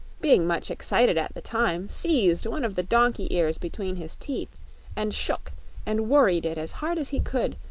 being much excited at the time, seized one of the donkey ears between his teeth and shook and worried it as hard as he could,